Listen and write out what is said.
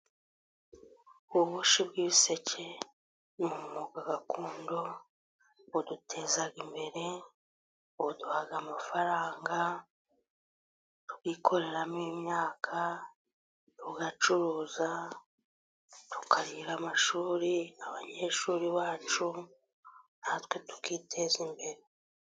Ububoshyi bw'ibiseke ni umwuga gakondo. Buduteza imbere buduha amafaranga, ukikuriramo imyaka ugacuruza. Tukarihira amashuri abanyeshuri bacu natwe tukiteza imbere.